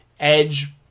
Edge